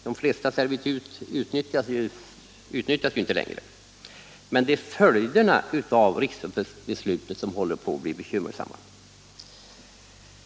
De flesta servitut utnyttjas ju inte längre. Men följderna av riksdagsbeslutet håller på att bli bekymmersamma.